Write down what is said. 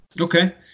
Okay